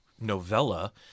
novella